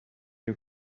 you